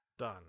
done